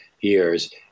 years